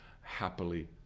happily